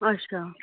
अच्छा